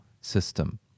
system